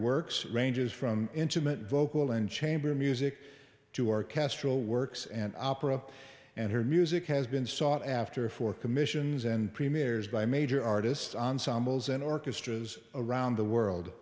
works ranges from intimate vocal and chamber music to our castro works and opera and her music has been sought after for commissions and premier's by major artists ensembles and orchestras around the world